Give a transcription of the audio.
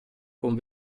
con